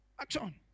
Action